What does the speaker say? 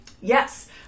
Yes